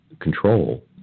control